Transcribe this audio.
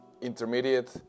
intermediate